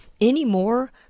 anymore